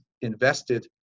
invested